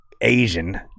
Asian